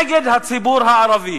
אנטי הציבור הערבי.